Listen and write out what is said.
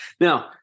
Now